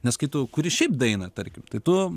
nes kai tu kuri šiaip daina tarkim tai tu